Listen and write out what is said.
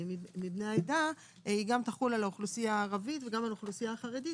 העדה גם תחול על האוכלוסייה הערבית וגם על האוכלוסייה החרדית